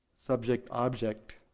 subject-object